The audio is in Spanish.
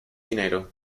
dinero